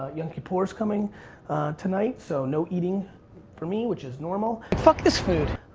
yom kippur's coming tonight, so no eating for me which is normal. fuck this food.